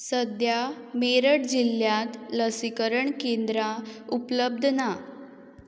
सद्या मेरठ जिल्ल्यांत लसीकरण केंद्रां उपलब्द ना